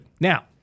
Now